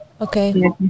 Okay